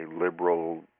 liberal